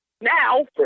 Now